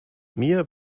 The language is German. mir